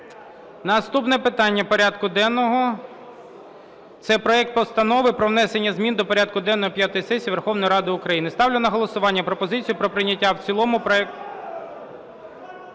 Наступне питання порядку денного – це проект Постанови про внесення змін до порядку денного п'ятої сесії Верховної Ради України. Ставлю на голосування пропозицію про прийняття в цілому… З процедури